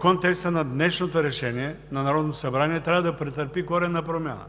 контекстът на днешното решение на Народното събрание трябва да претърпи коренна промяна,